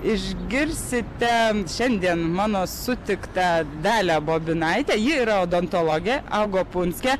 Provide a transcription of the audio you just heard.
išgirsite šiandien mano sutiktą dalią bobinaitę ji yra odontologė augo punske